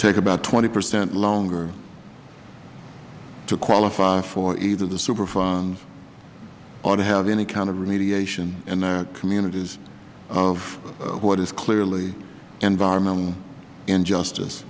take about twenty percent longer to qualify for either the superfund or to have any kind of remediation in their communities of what is clearly environmental injustice